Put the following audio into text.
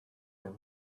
him